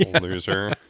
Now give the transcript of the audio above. loser